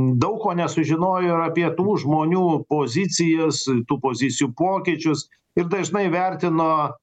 daug ko nesužinojo ir apie tų žmonių pozicijas tų pozicijų pokyčius ir dažnai vertino